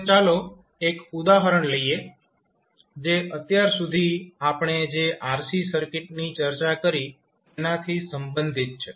તો હવે ચાલો એક ઉદાહરણ લઈએ જે અત્યાર સુધી આપણે જે RC સર્કિટની ચર્ચા કરી તેનાથી સંબંધિત છે